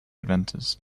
investors